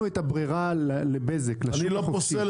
השארנו את הברירה לבזק, לשוק החופשי.